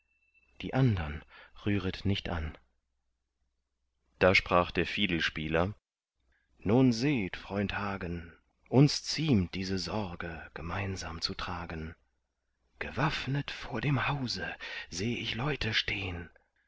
die andern rühret nicht an da sprach der fiedelspieler nun seht freund hagen uns ziemt diese sorge gemeinsam zu tragen gewaffnet vor dem hause seh ich leute stehn